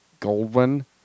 Goldwyn